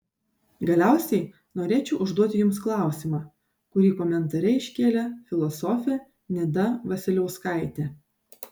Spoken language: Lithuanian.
galiausiai norėčiau užduoti jums klausimą kurį komentare iškėlė filosofė nida vasiliauskaitė